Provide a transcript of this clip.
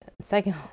Second